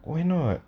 why not